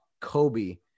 Kobe